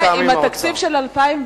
השאלה, אם התקציב של 2009,